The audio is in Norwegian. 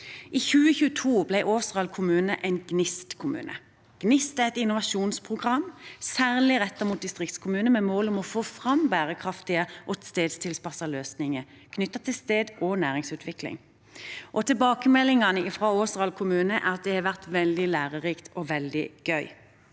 I 2022 ble Åseral kommune en Gnist-kommune. Gnist er et innovasjonsprogram særlig rettet mot distriktskommuner med mål om å få fram bærekraftige og stedstilpassede løsninger knyttet til steds- og næringsutvikling. Tilbakemeldingene fra Åseral kommune er at det har vært veldig lærerikt og veldig gøy.